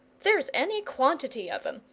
there's any quantity of em,